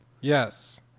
Yes